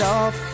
off